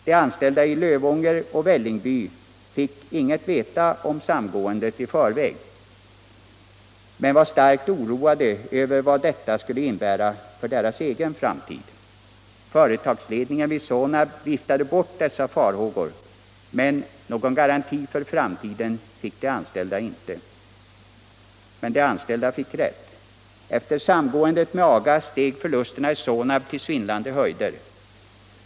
De anställda i Lövånger och Vällingby fick inget veta om samgåendet i förväg, men blev starkt oroade över vad detta skulle innebära för deras framtid. Företagsledningen vid Sonab viftade bort dessa farhågor, men någon garanti för framtiden fick de anställda inte. Men de anställda fick rätt. Efter samgåendet med AGA steg förlusterna i Sonab till svindlande höjder.